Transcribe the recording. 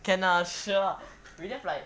can ah sure ah